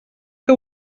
que